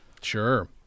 Sure